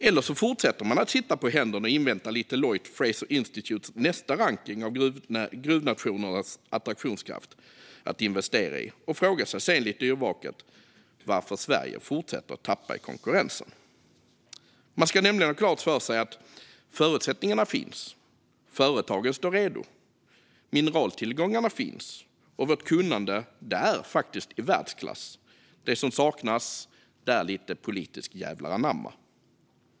Eller så fortsätter man att sitta på händerna och inväntar lite lojt Fraser Institutes nästa rankning av gruvnationers attraktionskraft när det gäller investeringar och frågar sig sedan lite yrvaket varför Sverige fortsätter att tappa i konkurrensen. Man ska nämligen ha klart för sig att förutsättningarna finns. Företagen står redo, mineraltillgångarna finns och vårt kunnande är i världsklass. Det som saknas är lite politisk jävlar anamma.